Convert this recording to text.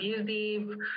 abusive